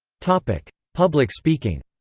public public speaking